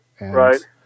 Right